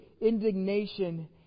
indignation